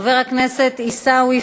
נעבור לדובר הבא, חבר הכנסת יוסי יונה,